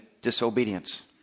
disobedience